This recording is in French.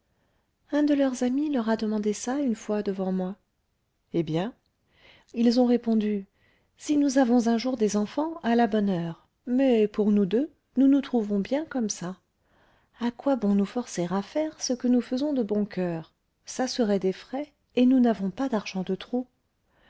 un de leurs amis leur a demandé ça une fois devant moi eh bien ils ont répondu si nous avons un jour des enfants à la bonne heure mais pour nous deux nous nous trouvons bien comme ça à quoi bon nous forcer à faire ce que nous faisons de bon coeur ça serait des frais et nous n'avons pas d'argent de trop